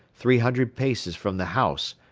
three hundred paces from the house,